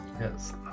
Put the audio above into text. Yes